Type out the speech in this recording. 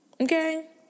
Okay